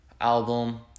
album